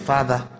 Father